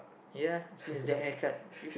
ya since that haircut